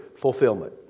fulfillment